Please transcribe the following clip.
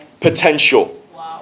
potential